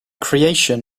creation